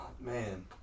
Man